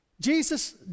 Jesus